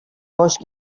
most